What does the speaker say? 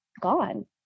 gone